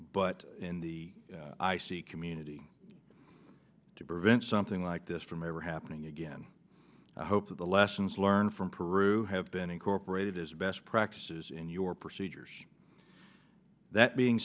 but in the i c community to prevent something like this from ever happening again i hope that the lessons learned from peru have been incorporated as best practices in your procedures that being